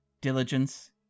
diligence